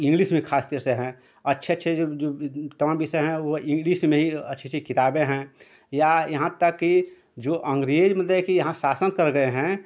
English में खास कर से हैं अच्छे अच्छे जो जो तमाम विषय हैं वो इंग्लिस में ही अच्छी अच्छी किताबें हैं या यहाँ तक कि जो अंग्रेज मतलब कि यहाँ शासन कर गए हैं